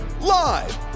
live